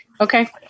Okay